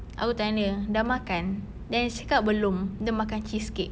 aku tanya dia sudah makan dia cakap belum dia makan cheese cake